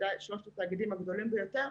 בוודאי שלושת התאגידים הגדולים ביותר,